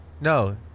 No